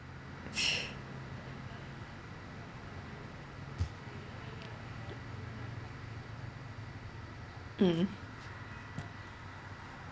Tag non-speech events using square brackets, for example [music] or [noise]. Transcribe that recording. [noise] mm